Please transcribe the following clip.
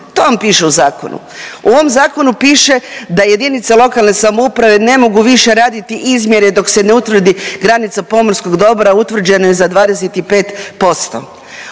To vam piše u zakonu. U ovom zakonu piše da JLS ne mogu više raditi izmjere dok se ne utvrdi granica pomorskog dobra, utvrđeno je za 25%.